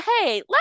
hey